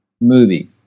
movie